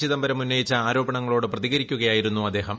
ചിദംബരം ഉന്നയിച്ച ആരോപണങ്ങളോട് പ്രതികരിക്കുകയായിരുന്നു അദ്ദേഹം